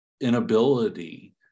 inability